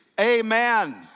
Amen